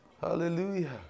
Hallelujah